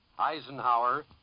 Eisenhower